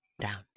down